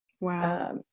Wow